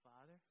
Father